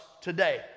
today